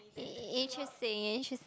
interesting interesting